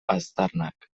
aztarnak